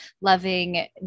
loving